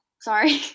Sorry